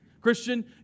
Christian